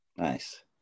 Nice